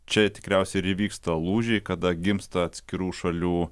čia tikriausiai ir įvyksta lūžiai kada gimsta atskirų šalių